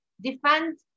defend